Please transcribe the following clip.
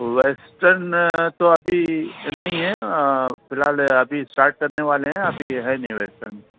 western تو ابھی نہیں ہے فی الحال ابھی اسٹارٹ کرنے والے ہیں ابھی ہے نہیں ویسٹرن